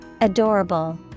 Adorable